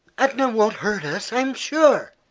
etna won't hurt us, i'm sure,